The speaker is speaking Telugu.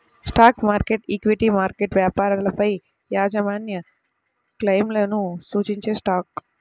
స్టాక్ మార్కెట్, ఈక్విటీ మార్కెట్ వ్యాపారాలపైయాజమాన్యక్లెయిమ్లను సూచించేస్టాక్